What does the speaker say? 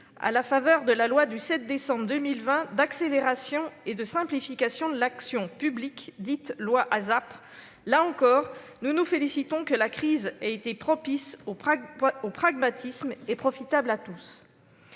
à la faveur de la loi du 7 décembre 2020 d'accélération et de simplification de l'action publique, dite « ASAP ». Là encore, nous nous félicitons de ce que la crise ait été propice au pragmatisme et profitable à tous.